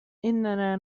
إننا